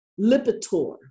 Lipitor